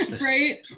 right